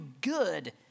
good